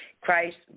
Christ